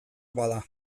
bada